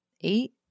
eight